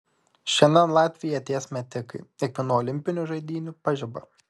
šiandien latviai ieties metikai kiekvienų olimpinių žaidynių pažiba